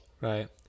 right